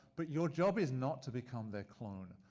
but your job is not to become their clone.